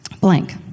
Blank